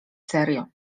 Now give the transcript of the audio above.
serio